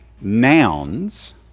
nouns